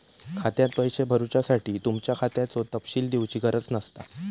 खात्यात पैशे भरुच्यासाठी तुमच्या खात्याचो तपशील दिवची गरज नसता